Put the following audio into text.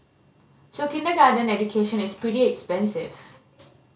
so kindergarten education is pretty expensive